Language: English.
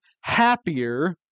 happier